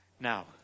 Now